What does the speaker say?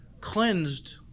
cleansed